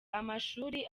amashuri